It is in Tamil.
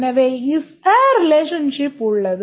எனவே ISA relationship உள்ளது